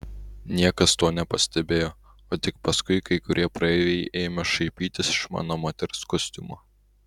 niekas to nepastebėjo o tik paskui kai kurie praeiviai ėmė šaipytis iš mano moters kostiumo